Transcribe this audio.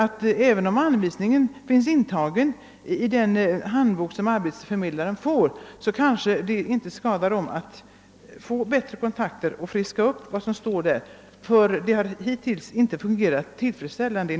Även om anvisningar finns intagna i den handbok som arbetsförmedlaren har kanske det inte skadar om man tar bättre kontakter och försöker friska upp minnet av vad som står i anvisningarna. Den ordning som nu råder har enligt min uppfattning inte fungerat tillfredställande.